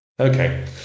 Okay